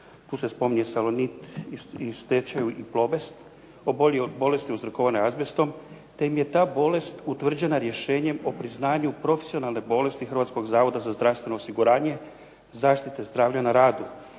tu se spominje "Salonit" i … /Govornik se ne razumije./… oboljeli od bolesti uzrokovane azbestom te im je ta bolest utvrđena rješenjem o priznanju profesionalne bolesti Hrvatskog zavoda za zdravstveno osiguranje zaštite zdravlja na radu.